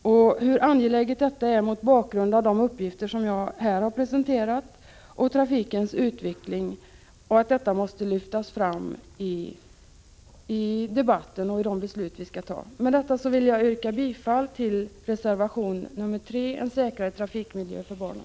Det är mycket angeläget, mot bakgrund av de uppgifter som jag här har presenterat om trafikens utveckling. Detta måste lyftas fram i debatten och i de beslut som vi skall ta. Med detta vill jag yrka bifall till reservation 3, En säkrare trafikmiljö för barnen.